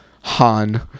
han